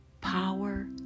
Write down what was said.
power